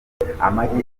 amagi